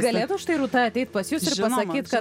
galėtų štai rūta ateit pas jus pasakyt kad